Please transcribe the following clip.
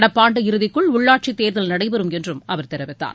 நடப்பாண்டு இறுதிக்குள் உள்ளாட்சித் தேர்தல் நடைபெறும் என்றும் அவர் தெரிவித்தார்